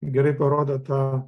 gerai parodo tą